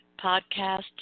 Podcast